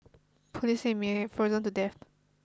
police said may have frozen to death